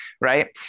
Right